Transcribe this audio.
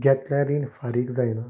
घेतिल्लें रीण फारीक जायना